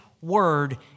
word